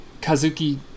Kazuki